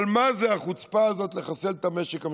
אבל מה זה החוצפה הזאת לחסל את המשק המשפחתי?